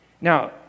Now